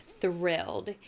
thrilled